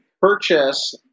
purchase